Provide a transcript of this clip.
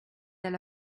elle